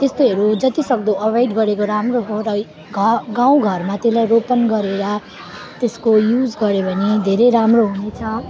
त्यस्तैहरू जतिसक्दो एभोएड गरेको राम्रो हो र यो ग गाउँघरमा त्यसलाई रोपन गरेर त्यसको युज गर्यो भने धेरै राम्रो हुन्छ